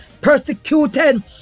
Persecuted